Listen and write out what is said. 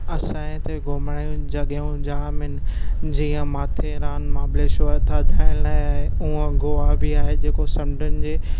असांजे हिते घुमण जूं जॻहियूं जाम आहिनि जीअं माथेरन महाबलेश्वर थधाइणु लाइ उएं गोवा बि आहे जेको समुंडनि जे